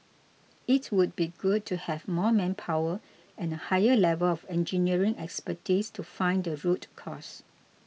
it would be good to have more manpower and a higher level of engineering expertise to find the root cause